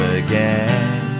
again